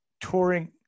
Touring